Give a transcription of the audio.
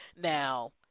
now